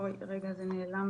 למזלי הייתה לי